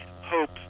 hope